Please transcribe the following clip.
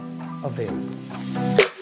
available